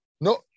No